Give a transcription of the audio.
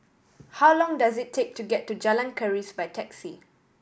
how long does it take to get to Jalan Keris by taxi